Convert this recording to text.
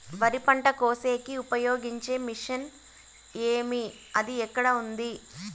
వరి పంట కోసేకి ఉపయోగించే మిషన్ ఏమి అది ఎక్కడ ఉంది?